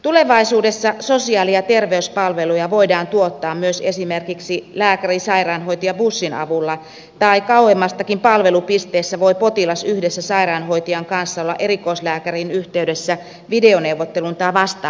tulevaisuudessa sosiaali ja terveyspalveluja voidaan tuottaa myös esimerkiksi lääkäri sairaanhoitajabussin avulla tai kauemmastakin palvelupisteestä voi potilas yhdessä sairaanhoitajan kanssa olla erikoislääkäriin yhteydessä videoneuvottelun tai vastaavan avulla